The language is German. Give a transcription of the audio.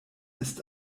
ist